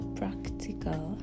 practical